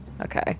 Okay